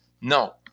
No